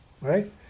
right